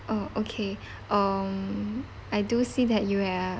oh okay um I do see that you have